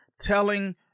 telling